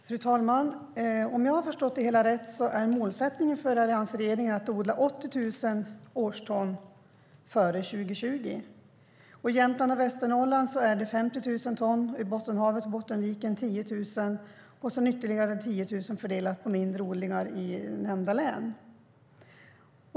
Fru talman! Om jag har förstått det hela rätt är målsättningen för alliansregeringen att odla 80 000 årston före 2020. I Jämtland och Västernorrland är målsättningen 50 000 ton, och i Bottenviken och Bottenhavet 10 000 ton. Sedan är det ytterligare 10 000 ton fördelat på mindre odlingar i nämnda län.